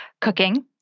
cooking